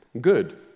good